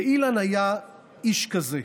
ואילן היה איש כזה.